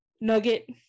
nugget